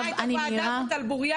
אני מכירה את הוועדה הזאת על בוריה.